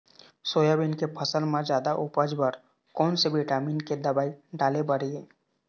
Soybean के फसल म जादा उपज बर कोन से विटामिन के दवई डाले बर ये?